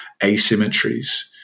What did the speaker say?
asymmetries